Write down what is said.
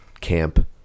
Camp